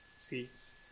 seats